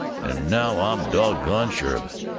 and now i'm doggone sure of it!